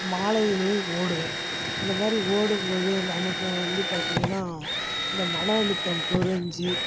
மாலையிலேயும் ஓடுவேன் இந்த மாதிரி ஓடும்போது நமக்கு வந்து பார்த்திங்கன்னா இந்த மன அழுத்தம் குறைஞ்சி